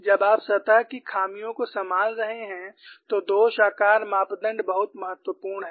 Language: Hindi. जब आप सतह की खामियों को संभाल रहे हैं तो दोष आकार मापदण्ड बहुत महत्वपूर्ण है